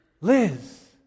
Liz